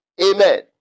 Amen